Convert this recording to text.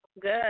good